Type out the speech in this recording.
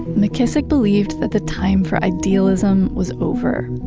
mckissick believed that the time for idealism was over.